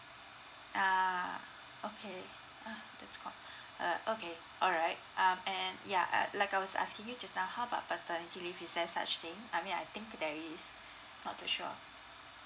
ah okay uh okay alright um and ya uh like I was asking you just now how about paternity leave is there such thing I mean I think there is not too sure